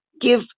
give